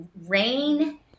rain